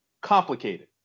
complicated